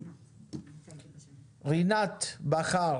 בבקשה.